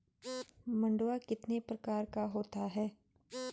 मंडुआ कितने प्रकार का होता है?